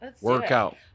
Workout